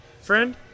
Friend